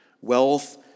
wealth